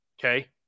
Okay